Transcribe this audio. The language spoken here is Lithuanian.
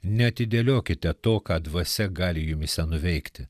neatidėliokite to ką dvasia gali jumyse nuveikti